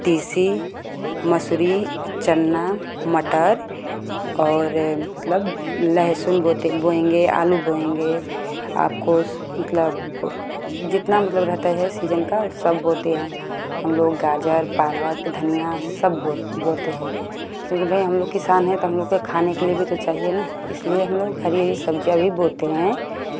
मसूरी चन्ना मटर और मतलब लहसुन बोते बोएंगे आलू बोएंगे आपको मतलब जितना मतलब रहता हे सीजन का सब बोते हैं हम लोग गाजर पालक धनियाँ सब बो बोते हैं क्योंकि भय हम लोग किसान हें त हम लोग को खाने के लिए भी तो चाहिए न इसलिए हम लोग हरी हरी सब्ज़ियाँ भी बोते हैं